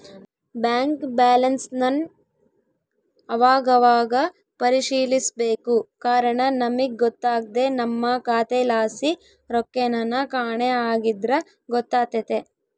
bank ಬ್ಯಾಲನ್ಸನ್ ಅವಾಗವಾಗ ಪರಿಶೀಲಿಸ್ಬೇಕು ಕಾರಣ ನಮಿಗ್ ಗೊತ್ತಾಗ್ದೆ ನಮ್ಮ ಖಾತೆಲಾಸಿ ರೊಕ್ಕೆನನ ಕಾಣೆ ಆಗಿದ್ರ ಗೊತ್ತಾತೆತೆ